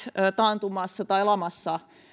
taantumassa tai lamassa